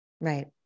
right